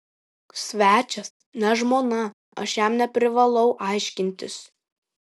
svečias ne žmona aš jam neprivalau aiškintis